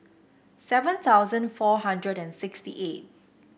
seven thousand four hundred and sixty eight